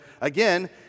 again